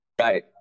Right